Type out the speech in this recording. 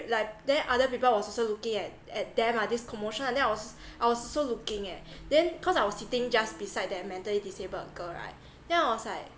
like then other people was also looking at at them ah this commotion ah then I was I was also looking eh then cause I was sitting just beside that mentally disabled girl right then I was like